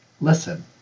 listen